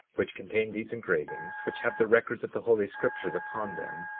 which contain these engravings, which have the records of the holy scriptures upon them,